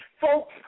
Folks